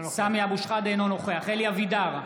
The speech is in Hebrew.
אינו נוכח אלי אבידר,